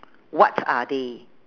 what are they